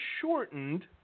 shortened